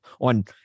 on